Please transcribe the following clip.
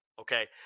Okay